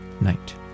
night